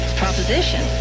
proposition